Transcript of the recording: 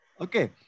Okay